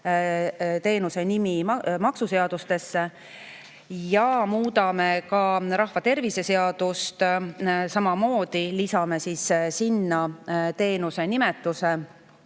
teenuse nimi maksuseadustesse. Me muudame rahvatervise seadust, samamoodi lisame teenuse nimetuse